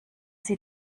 sie